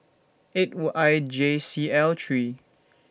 eight I J C L three